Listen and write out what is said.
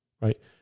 right